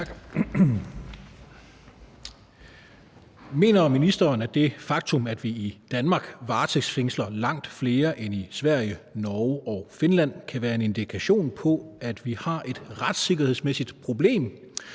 (LA): Mener ministeren, at det faktum, at vi i Danmark varetægtsfængsler langt flere end i Sverige, Norge og Finland, kan være en indikation på, at vi har et retssikkerhedsmæssigt problem,